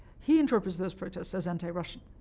he interprets those protests as anti-russian.